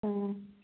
ꯎꯝ